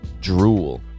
Drool